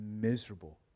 miserable